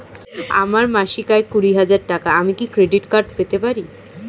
আমার মাসিক আয় কুড়ি হাজার টাকা আমি কি ক্রেডিট কার্ড পেতে পারি?